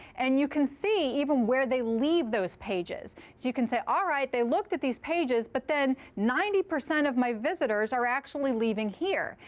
and you can see even where they leave those pages. so you can say, all right. they looked at these pages. but then ninety percent of my visitors are actually leaving here.